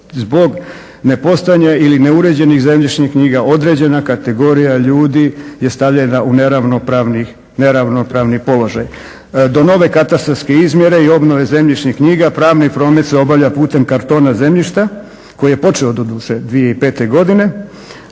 zbog nepostojanja ili neuređenih zemljišnih knjiga, određena kategorija ljudi je stavljena u neravnopravni položaj. Do nove katastarske izmjere i obnove zemljišnih knjiga pravni promet se obavlja putem kartona zemljišta koji je počeo doduše 2005. godine.